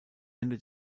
ende